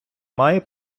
має